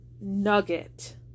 nugget